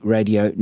Radio